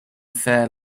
fair